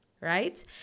Right